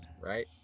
right